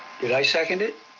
did i second it?